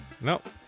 Nope